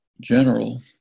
general